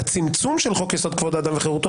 לצמצום של חוק-יסוד: כבוד אדם וחירותו,